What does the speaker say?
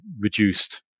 reduced